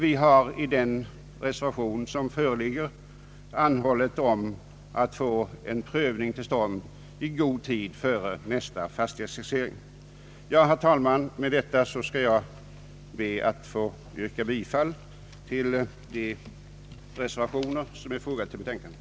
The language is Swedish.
Vi har i reservation A anhållit om att få en prövning till stånd i god tid före nästa fastighetstaxering. Herr talman! Med det anförda ber jag att få yrka bifall till de reservationer som är fogade till betänkandet.